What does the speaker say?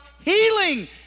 healing